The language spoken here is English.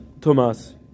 Thomas